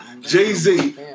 Jay-Z